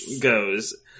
goes